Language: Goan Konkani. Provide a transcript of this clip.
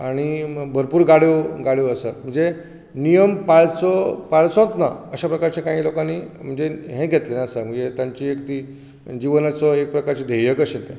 आनी भरपूर गाड्यो गाड्यो आसात म्हणजे नियम पाळचो पाळचोच ना अश्या प्रकारचें कांय लोकांनी म्हणजे हें घेतलेलें आसा म्हणजे तांच्या ती जिवनाचो एक प्रकारचो ध्येय कशें